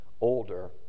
older